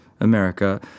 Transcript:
America